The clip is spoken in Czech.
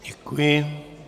Děkuji.